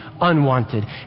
unwanted